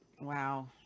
Wow